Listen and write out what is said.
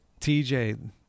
TJ